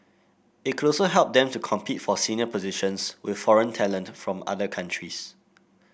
it could also help them to compete for senior positions with foreign talent from other countries